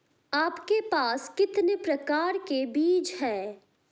आपके पास कितने प्रकार के बीज हैं?